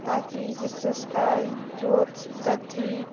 ताकि जिससे उसकी ग्रोथ वृद्धी